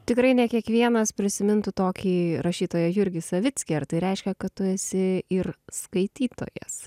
tikrai ne kiekvienas prisimintų tokį rašytoją jurgį savickį ar tai reiškia kad tu esi ir skaitytojas